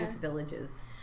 villages